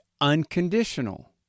unconditional